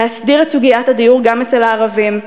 להסדיר את סוגיית הדיור גם אצל הערבים,